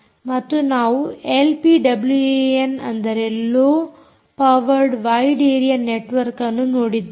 ಮತ್ತು ನಾವು ಎಲ್ಪಿಡಬ್ಲ್ಯೂಏಎನ್ ಅಂದರೆ ಲೋ ಪವರ್ಡ್ ವೈಡ್ ಏರಿಯಾ ನೆಟ್ವರ್ಕ್ಅನ್ನು ನೋಡಿದ್ದೇವೆ